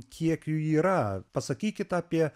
kiek jų yra pasakykit apie